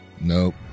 Nope